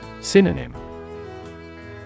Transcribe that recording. Synonym